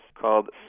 called